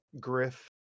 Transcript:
Griff